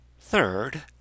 Third